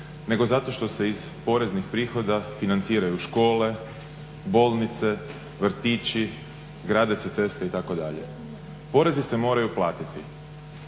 nego zato što se iz poreznih prihoda financiraju škole, bolnice, vrtići, grade se ceste itd. porezi se moraju platiti.